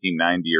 1990